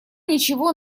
ничего